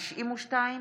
2020,